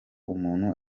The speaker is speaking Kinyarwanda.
umuntu